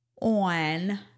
on